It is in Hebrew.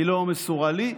היא לא מסורה לי,